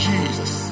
Jesus